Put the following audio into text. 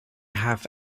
have